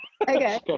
Okay